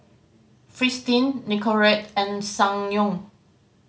Fristine Nicorette and Ssangyong